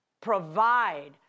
provide